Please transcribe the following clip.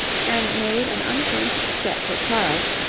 and made an unfinished sketch of charles,